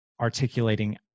articulating